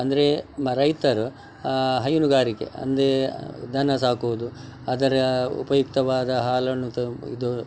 ಅಂದರೆ ರೈತರು ಹೈನುಗಾರಿಕೆ ಅಂದರೆ ದನ ಸಾಕುವುದು ಅದರ ಉಪಯುಕ್ತವಾದ ಹಾಲನ್ನು ತ ಇದು